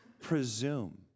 presume